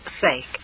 sake